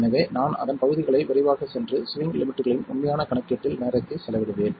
எனவே நான் அதன் பகுதிகளை விரைவாகச் சென்று ஸ்விங் லிமிட்களின் உண்மையான கணக்கீட்டில் நேரத்தை செலவிடுவேன்